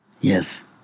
Yes